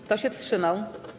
Kto się wstrzymał?